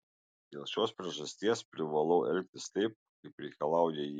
dėl šios priežasties privalau elgtis taip kaip reikalauja jie